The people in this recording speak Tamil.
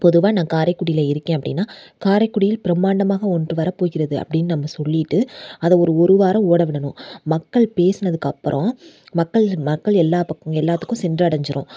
பொதுவாக நான் காரைக்குடியில் இருக்கேன் அப்படின்னா காரைக்குடியில் பிரமாண்டமாக ஒன்று வர போகிறது அப்படின் நம்ப சொல்லிவிட்டு அதை ஒரு ஒரு வாரம் ஓட விடணும் மக்கள் பேசுனதுக்கப்புறோம் மக்கள் மக்கள் எல்லா பக்கம் எல்லாத்துக்கும் சென்றடைஞ்சிரும்